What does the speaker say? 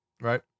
Right